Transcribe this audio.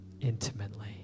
intimately